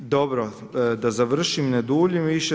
Dobro, da završim, ne duljim više.